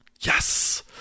Yes